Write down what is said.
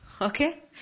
Okay